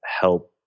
help